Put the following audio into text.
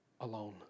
alone